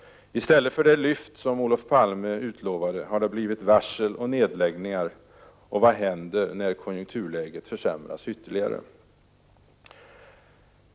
I stället för det lyft som Olof Palme utlovade har det blivit varsel och nedläggningar — och vad händer när konjunkturläget försämras ytterligare?